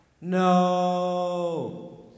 No